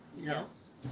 Yes